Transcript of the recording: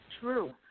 True